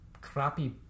crappy